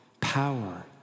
power